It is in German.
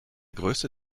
größte